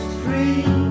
free